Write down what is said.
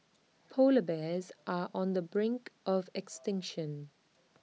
Polar Bears are on the brink of extinction